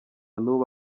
n’ubu